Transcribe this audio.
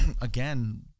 again